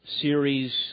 series